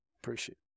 Appreciate